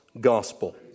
gospel